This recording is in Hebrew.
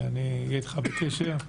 ונהיה אתך בקשר.